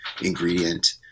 ingredient